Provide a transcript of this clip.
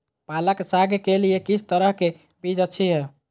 पालक साग के लिए किस तरह के बीज अच्छी है?